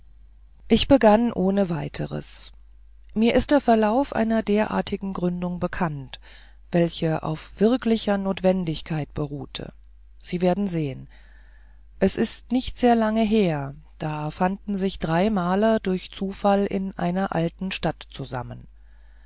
ich begann ohne weiteres mir ist der verlauf einer derartigen gründung bekannt welche auf wirklicher notwendigkeit beruhte sie werden sehen es ist nicht sehr lange her da fanden sich drei maler durch zufall in einer alten stadt zusammen